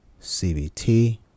CBT